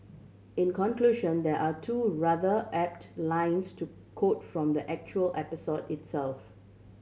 in conclusion there are two rather apt lines to quote from the actual episode itself